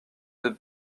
deux